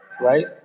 Right